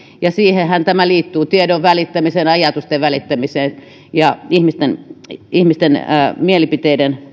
ja siihenhän tämä liittyy tiedon välittämiseen ajatusten välittämiseen ja ihmisten ihmisten mielipiteiden